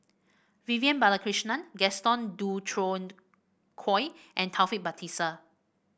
Vivian Balakrishnan Gaston Dutronquoy and Taufik Batisah